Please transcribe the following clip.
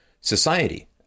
society